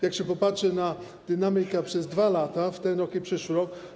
Jak się popatrzy, to ta dynamika przez 2 lata, ten rok i przyszły rok.